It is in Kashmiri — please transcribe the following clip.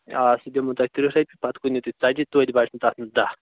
آ سُہ دِمہو تۄہہِ ترٕٛہ رۄپیہِ پتہٕ کٕنِو تُہۍ ژتجی توتہِ بچنو تتھ منٛز دہ